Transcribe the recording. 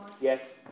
yes